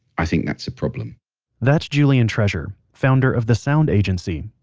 i think that's a problem that's julian treasure, founder of the sound agency,